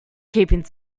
keeping